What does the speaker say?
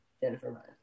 Jennifer